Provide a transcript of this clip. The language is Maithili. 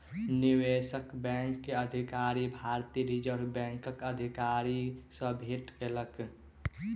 निवेशक बैंक के अधिकारी, भारतीय रिज़र्व बैंकक अधिकारी सॅ भेट केलक